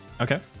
Okay